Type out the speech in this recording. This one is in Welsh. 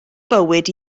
bywyd